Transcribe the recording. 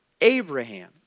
Abraham